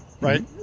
Right